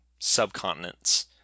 subcontinents